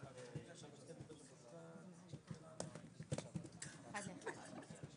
י' באייר תשפ"ג, ה-1 במאי 2023,